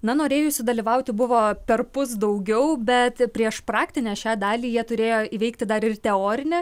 na norėjusių dalyvauti buvo perpus daugiau bet prieš praktinę šią dalį jie turėjo įveikti dar ir teorinę